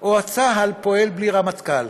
או את צה"ל פועל בלי רמטכ"ל.